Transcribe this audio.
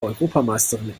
europameisterin